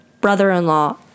brother-in-law